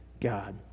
God